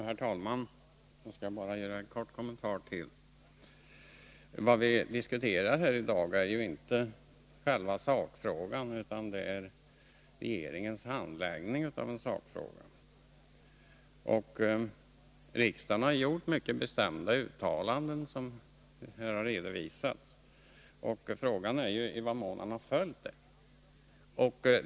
Herr talman! Jag skall bara göra ytterligare en kort kommentar. Vi diskuterar ju i dag inte själva sakfrågan utan regeringens handläggning av en sakfråga. Riksdagen har, som här har redovisats, gjort mycket bestämda uttalanden. Frågan är ju i vad mån dessa har följts.